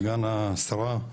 סגן השרה,